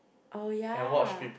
oh ya